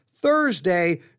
Thursday